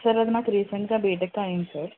sir అది నాకు రీసెంట్గా బీటెక్ అయ్యింది సార్